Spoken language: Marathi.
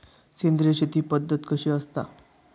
सेंद्रिय शेती पद्धत कशी असता?